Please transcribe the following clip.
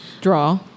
Draw